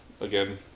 again